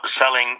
selling